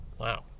Wow